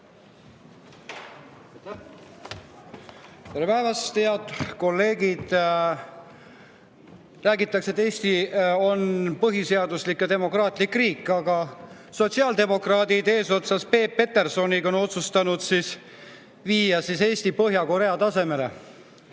Tere päevast, head kolleegid! Räägitakse, et Eesti on põhiseaduslik ja demokraatlik riik. Aga sotsiaaldemokraadid eesotsas Peep Petersoniga on otsustanud Eesti viia Põhja-Korea tasemele.